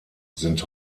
sind